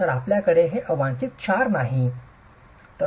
तर आपल्याकडे हे अवांछित क्षार नाही